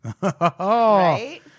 Right